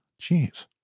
Jeez